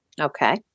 Okay